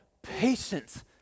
Patience